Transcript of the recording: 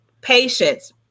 patience